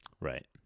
Right